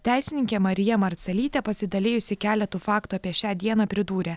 teisininkė marija marcelytė pasidalijusi keletu faktų apie šią dieną pridūrė